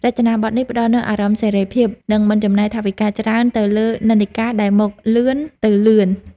រចនាប័ទ្មនេះផ្តល់នូវអារម្មណ៍សេរីភាព និងមិនចំណាយថវិកាច្រើនទៅលើនិន្នាការដែលមកលឿនទៅលឿន។